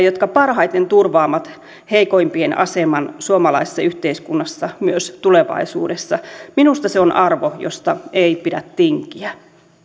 jotka parhaiten turvaavat heikoimpien aseman suomalaisessa yhteiskunnassa myös tulevaisuudessa minusta se on arvo josta ei pidä tinkiä